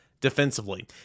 defensively